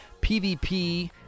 PvP